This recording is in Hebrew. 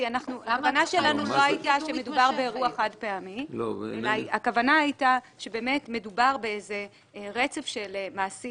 כי ההבנה שלנו הייתה שלא מדובר באירוע חד-פעמי אלא ברצף של מעשים